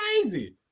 crazy